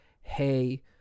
hey